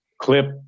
clip